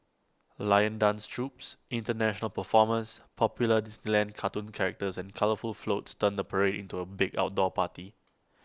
lion dance troupes International performers popular Disneyland cartoon characters and colourful floats turn the parade into A big outdoor party